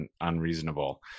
unreasonable